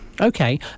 Okay